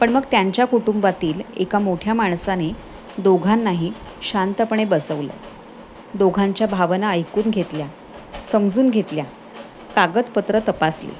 पण मग त्यांच्या कुटुंबातील एका मोठ्या माणसाने दोघांनाही शांतपणे बसवलं दोघांच्या भावना ऐकून घेतल्या समजून घेतल्या कागदपत्रं तपासली